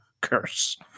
curse